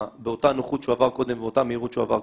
באותה נוחות שהוא עבר קודם ובאותה מהירות שהוא עבר קודם,